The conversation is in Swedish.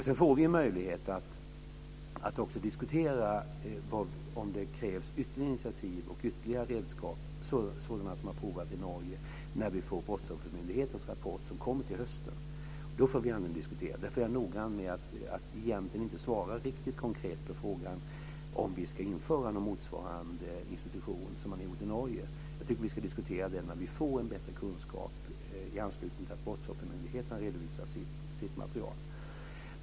Så får vi möjlighet att också diskutera om det krävs ytterligare initiativ och ytterligare redskap, sådana som har provats i Norge, när vi får Brottsoffermyndighetens rapport som kommer till hösten. Då får vi anledning att diskutera detta. Därför är jag noga med att egentligen inte svara riktigt konkret på frågan om vi ska införa någon institution motsvarande den i Norge. Jag tycker att vi ska diskutera det när vi får en bättre kunskap i anslutning till att Brottsoffermyndigheten redovisar sitt material.